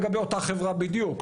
לגבי אותה חברה בדיוק,